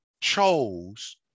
chose